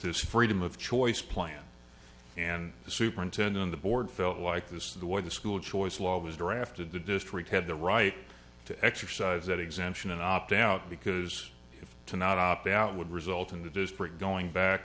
this freedom of choice plan and the superintendent the board felt like this the way the school choice law was drafted the district had the right to exercise that exemption in opt out because if to not opt out would result in the district going back